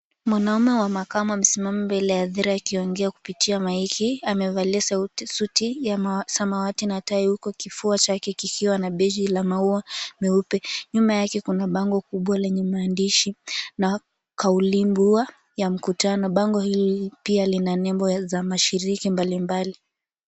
Mwanamume wa makamo amesimama mbele ya hadhira, akiongea kupitia maiki, amevalia suti ya samawati na tai, huku kifua chake kikiwa na beji la maua meupe. Nyuma yake kuna bango kubwa lenye maandishi na kauli mbiu ya mkutano. Bango hili pia lina nembo za mashiriki .mbalimbali.